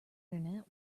internet